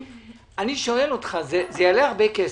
אני שואל אותך - זה יעלה הרבה כסף,